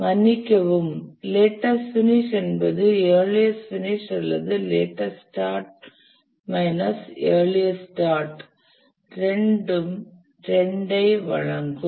மன்னிக்கவும் latest finish என்பது earliest finish அல்லது லேட்டஸ்ட் ஸ்டார்ட் மைனஸ் இயர்லியஸ்ட்ஸ்டார்ட் இரண்டும் 2 ஐ வழங்கும்